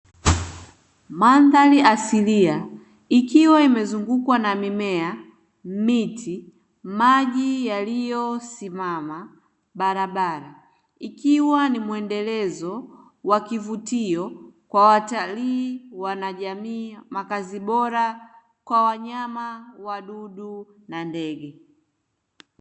Mandhari asilia ikiwa imezungukwa na mimea, miti, maji yaliyosimama, barabara ikiwa ni muendelezo wa kivutio kwa watalii, wanajamii, makazi bora kwa wanyama wadudu na ndege.